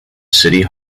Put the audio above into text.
city